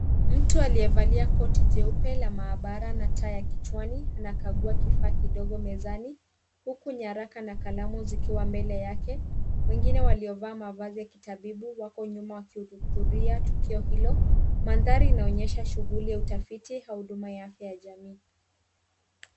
Mtu aliyevalia koti jeupe la maabara na taa ya kichwani anakagua kifaa kidogo mezani, huku nyaraka na kalamu zikiwa mbele yake. Wengine waliovaa mavazi ya kitabibu wako nyuma wakihudhuria tukio hilo. Mandhari inaonyesha shughuli ya utafiti au huduma ya afya ya jamii.